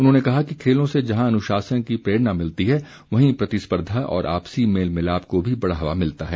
उन्होंने कहा कि खेलों से जहां अनुशासन की प्रेरणा मिलती है वहीं प्रतिस्पर्धा और आपसी मेल मिलाप को भी बढ़ावा मिलता है